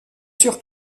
sur